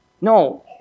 No